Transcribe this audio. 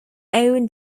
own